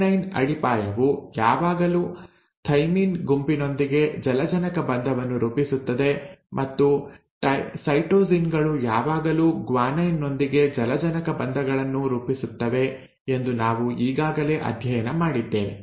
adenine ಅಡಿಪಾಯವು ಯಾವಾಗಲೂ thymine ಗುಂಪಿನೊಂದಿಗೆ ಜಲಜನಕ ಬಂಧವನ್ನು ರೂಪಿಸುತ್ತದೆ ಮತ್ತು ಸೈಟೋಸಿನ್ ಗಳು ಯಾವಾಗಲೂ ಗ್ವಾನೈನ್ ನೊಂದಿಗೆ ಜಲಜನಕ ಬಂಧಗಳನ್ನು ರೂಪಿಸುತ್ತವೆ ಎಂದು ನಾವು ಈಗಾಗಲೇ ಅಧ್ಯಯನ ಮಾಡಿದ್ದೇವೆ